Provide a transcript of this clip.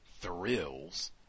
thrills